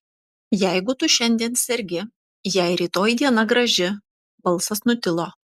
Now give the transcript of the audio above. jeigu tu šiandien sergi jei rytoj diena graži balsas nutilo